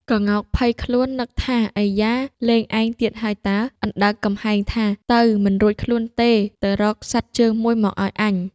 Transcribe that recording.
ក្ងោកភ័យខ្លួន នឹកថា "អៃយ៉ា! លេងឯងទៀតហើយតើ"។ អណ្ដើកកំហែងថា៖ "ទៅ! មិនរួចខ្លួនទេ ទៅរកសត្វជើងមួយមកឲ្យអញ"។